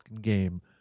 game